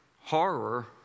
horror